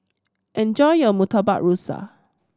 enjoy your Murtabak Rusa